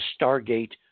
stargate